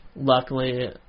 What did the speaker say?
luckily